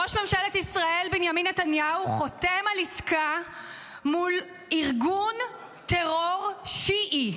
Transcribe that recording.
ראש ממשלת ישראל בנימין נתניהו חותם על עסקה מול ארגון טרור שיעי,